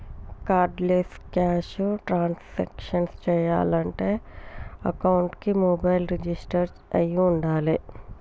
cardless cash transactions చెయ్యాలంటే అకౌంట్కి mobile register అయ్యి వుండాలే